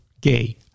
gay